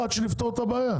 עד שנפתור את הבעיה.